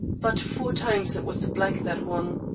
but four times it was the black that won.